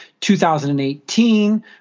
2018